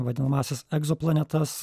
vadinamąsias egzoplanetas